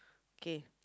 okay